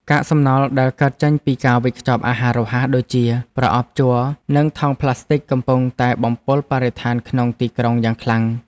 កាកសំណល់ដែលកើតចេញពីការវេចខ្ចប់អាហាររហ័សដូចជាប្រអប់ជ័រនិងថង់ផ្លាស្ទិចកំពុងតែបំពុលបរិស្ថានក្នុងទីក្រុងយ៉ាងខ្លាំង។